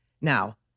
now